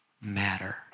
matter